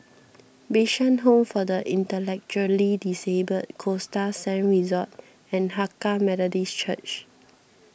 Bishan Home for the Intellectually Disabled Costa Sands Resort and Hakka Methodist Church